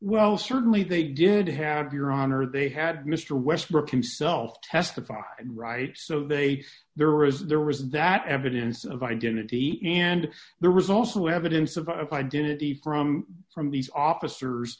well certainly they did have your honor they had mister westbrook himself testified right so they there are is there was that evidence of identity and there was also evidence of identity from from these officers